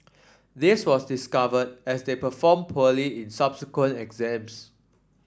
this was discovered as they performed poorly in subsequent exams